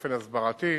באופן הסברתי,